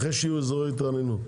אחרי שיהיו אזורי התרעננות,